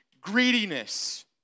greediness